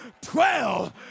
twelve